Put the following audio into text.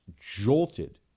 jolted